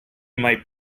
might